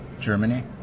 Germany